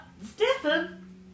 Stefan